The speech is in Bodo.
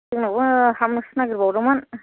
जोंनावबो हाबनोसो नागेरबावदोंमोन